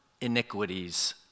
iniquities